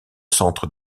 centre